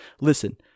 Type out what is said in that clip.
Listen